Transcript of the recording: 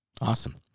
awesome